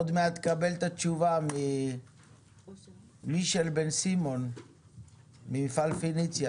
עוד מעט תקבל את התשובה ממישל בן סימון ממפעל פניציה,